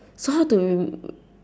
so how do you